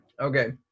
Okay